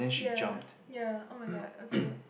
ya ya [oh]-my-god okay